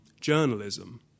journalism